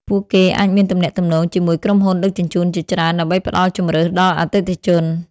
ពួកគេអាចមានទំនាក់ទំនងជាមួយក្រុមហ៊ុនដឹកជញ្ជូនជាច្រើនដើម្បីផ្តល់ជម្រើសដល់អតិថិជន។